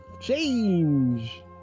change